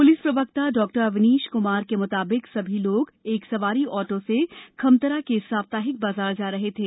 police प्रवक्ता डॉ अवनीश कुमार के मुताबिक सभी लोगे एक सवारी ऑटो से खमतरा के साप्ताहिक बाजार जा रहे थे